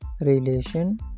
relation